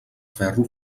ferro